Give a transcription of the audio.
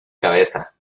cabeza